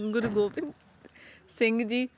ਗੁਰੂ ਗੋਬਿੰਦ ਸਿੰਘ ਜੀ